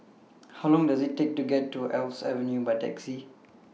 How Long Does IT Take to get to Alps Avenue By Taxi